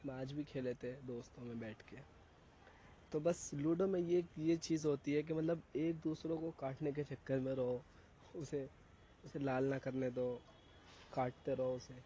ہم آج بھی کھیلے تھے دوستوں میں بیٹھ کے تو بس لوڈو میں یہ ایک چیز ہوتی ہے کہ مطلب ایک دوسروں کو کاٹنے کے چکر میں رہو اسے اسے لال نہ کرنے دو کاٹتے رہو اسے